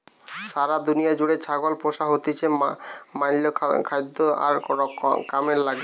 সারা দুনিয়া জুড়ে ছাগল পোষা হতিছে ম্যালা খাদ্য আর কামের লিগে